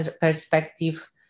perspective